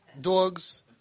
dogs